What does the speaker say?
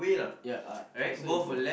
ya uh I saw before